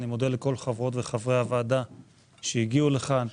אני מודה לכל חברות וחברי הוועדה שהגיעו לכאן.